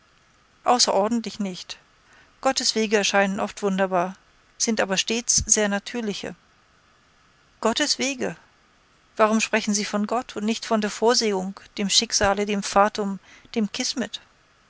außerordentlich nicht gottes wege erscheinen oft wunderbar sind aber stets sehr natürliche gottes wege warum sprechen sie von gott und nicht von der vorsehung dem schicksale dem fatum dem kismet